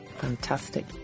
Fantastic